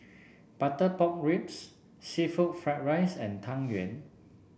Butter Pork Ribs seafood Fried Rice and Tang Yuen